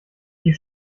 die